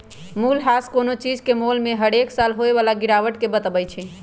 मूल्यह्रास कोनो चीज के मोल में हरेक साल होय बला गिरावट के बतबइ छइ